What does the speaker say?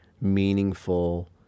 meaningful